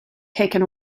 taken